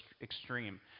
extreme